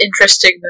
interesting